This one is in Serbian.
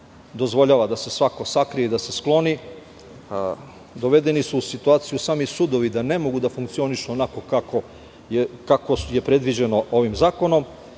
dozvoljava da se svako sakrije i da se skloni, dovedeni su u situaciju sami sudovi da ne mogu da funkcionišu onako kako je predviđeno ovim zakonom,